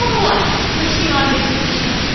what, was she on vacation?